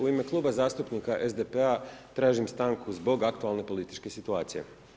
U ime Kluba zastupnika SDP-a tražim stanku zbog aktualne političke situacije.